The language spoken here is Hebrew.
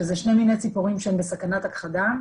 שזה שני מיני ציפורים שהם בסכנת הכחדה,